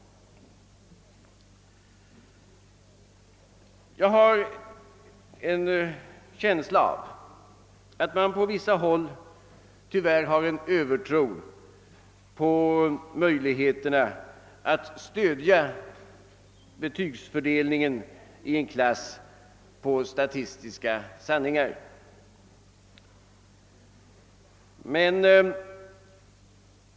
På vissa håll hyser man tyvärr en övertro på möjligheterna att stödja betygsfördelningen i en klass på statistiska sanningar.